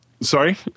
Sorry